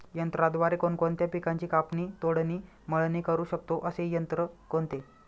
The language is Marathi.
यंत्राद्वारे कोणकोणत्या पिकांची कापणी, तोडणी, मळणी करु शकतो, असे यंत्र कोणते?